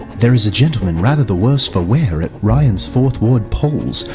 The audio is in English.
there is a gentleman rather the worse for wear at ryan's fourth ward polls,